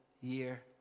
year